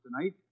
tonight